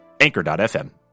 Anchor.fm